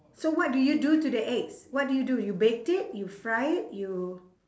so what do you do to the eggs what do you do you baked it you fry it you